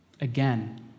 Again